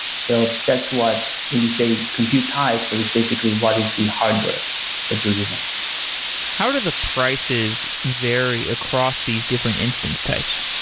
so that's what when you say compute types, which basically what is the hardware that you're using how do the prices vary across these different instance types?